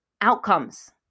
outcomes